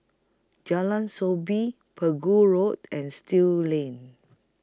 Jalan Soo Bee Pegu Road and Still Lane